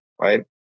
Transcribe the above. right